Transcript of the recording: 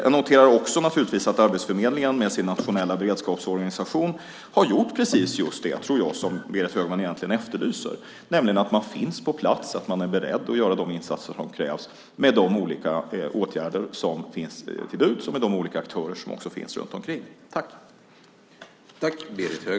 Jag noterar också att Arbetsförmedlingen med sin nationella beredskapsorganisation gör precis det som jag tror att Berit Högman egentligen efterlyser, nämligen finns på plats och är beredd att göra de insatser som krävs genom de olika åtgärder som finns till buds och med de olika aktörer som finns runt omkring.